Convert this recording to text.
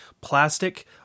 plastic